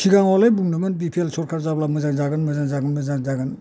सिगाङावलाय बुंदोंमोन B P L सरखार जाब्लालाय मोजां जागोन मोजां जागोन